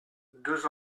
deux